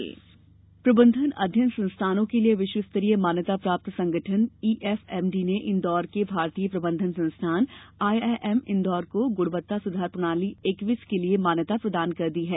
IIM Indore प्रबंधन अध्ययन संस्थानों के लिए विश्व स्तरीय मान्यता प्राप्त संगठन ईएफएमडी ने इंदौर के भारतीय प्रबंधन संस्थान आईआईएम को गुणवत्ता सुधार प्रणाली एक्विस के लिए मान्यता प्रदान कर दी है